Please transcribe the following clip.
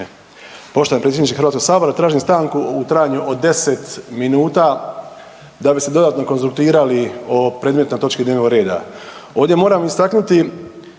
Poštovani predsjedniče HS, tražim stanku u trajanju od 10 minuta da bi se dodatno konzultirali o predmetnoj točki dnevnog reda. Ovdje moram istaknuti